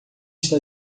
está